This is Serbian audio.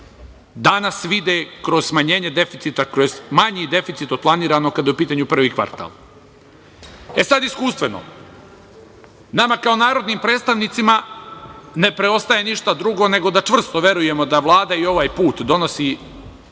danas vide kroz smanjenje deficita, kroz manji deficit od planiranog kada je u pitanju prvi kvartal. Sad, iskustveno. Nama kao narodnim predstavnicima ne preostaje ništa drugo nego da čvrsto verujemo da Vlada i ovaj put donosi